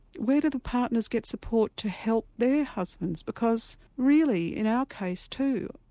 where do the partners get support to help their husbands because really in our case too,